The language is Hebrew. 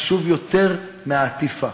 חשוב יותר מהעטיפה.